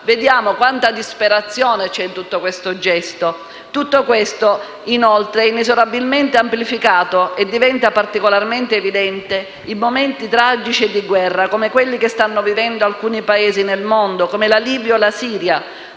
Vediamo quanta disperazione c'è in questo gesto. Tutto questo è inoltre inesorabilmente amplificato e diventa particolarmente evidente in momenti tragici e di guerra, come quelli che stanno ora vivendo alcuni Paesi nel mondo, come la Libia o la Siria,